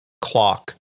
clock